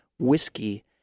whiskey